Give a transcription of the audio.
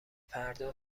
فردا